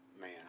man